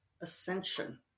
ascension